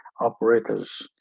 operators